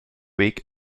weg